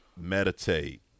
Meditate